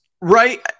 right